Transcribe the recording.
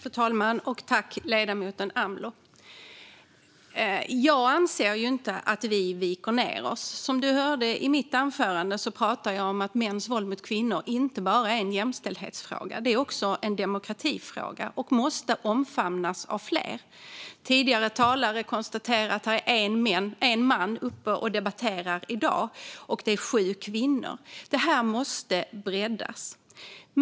Fru talman! Jag tackar ledamoten Amloh. Jag anser inte att vi viker ned oss. Som jag sa i mitt anförande är mäns våld mot kvinnor inte bara en jämställdhetsfråga utan också en demokratifråga som måste omfamnas av fler. Tidigare talare har konstaterat att vi är sju kvinnor och en man som debatterar här i dag. Det måste breddas.